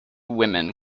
women